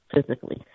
physically